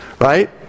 right